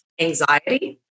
anxiety